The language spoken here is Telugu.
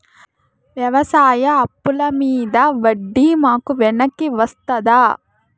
వ్యవసాయ అప్పుల మీద వడ్డీ మాకు వెనక్కి వస్తదా?